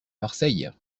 marseille